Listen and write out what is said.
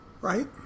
Right